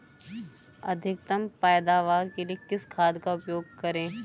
अधिकतम पैदावार के लिए किस खाद का उपयोग करें?